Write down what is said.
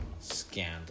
scandal